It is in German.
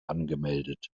angemeldet